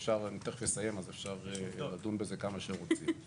אני תיכף אסיים אז אפשר לדון בזה כמה שרוצים,